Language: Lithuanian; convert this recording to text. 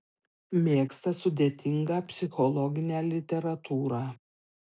mėgsta sudėtingą psichologinę literatūrą